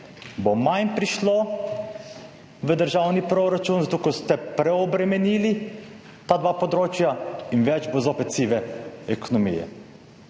bo manj prišlo v državni proračun, zato ko ste preobremenili ta dva področja in več bo zopet sive ekonomije.